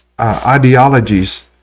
ideologies